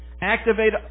Activate